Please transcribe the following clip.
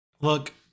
look